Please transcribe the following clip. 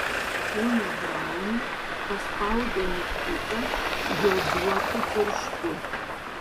ponia braun paspaudė mygtuką joduotu pirštu